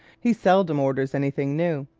he seldom orders anything new.